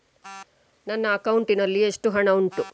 ನನ್ನ ಅಕೌಂಟ್ ನಲ್ಲಿ ಎಷ್ಟು ಹಣ ಉಂಟು?